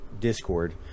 discord